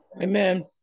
Amen